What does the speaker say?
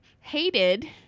hated